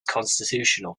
constitutional